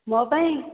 ମୋ ପାଇଁ